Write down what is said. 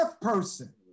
person